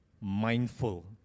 mindful